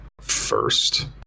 first